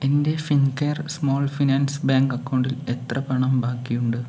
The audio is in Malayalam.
എൻ്റെ ഫിൻകെയർ സ്മോൾ ഫിനാൻസ് ബാങ്ക് അക്കൗണ്ടിൽ എത്ര പണം ബാക്കിയുണ്ട്